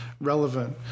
relevant